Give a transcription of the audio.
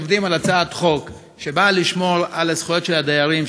עובדים על הצעת חוק שבאה לשמור על הזכויות של הדיירים,